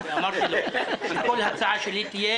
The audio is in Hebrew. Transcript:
ניסנקורן ואמר לי שעל כל הצעה שלי תהיה